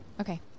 okay